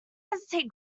hesitate